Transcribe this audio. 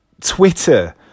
Twitter